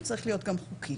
הוא צריך להיות גם חוקי.